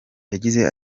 yagize